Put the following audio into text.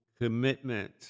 commitment